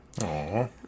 Aww